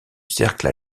cercle